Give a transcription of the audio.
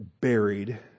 buried